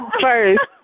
first